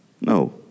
No